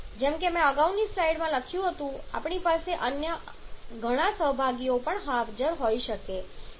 જેમ કે મેં અગાઉની સ્લાઇડમાં લખ્યું હતું કે આપણી પાસે ઘણા અન્ય સહભાગીઓ પણ હોઈ શકે છે